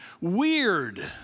Weird